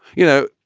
you know,